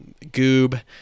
Goob